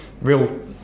real